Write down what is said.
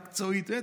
מקצועית,